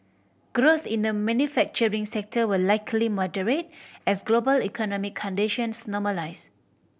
growth in the manufacturing sector will likely moderate as global economic conditions normalise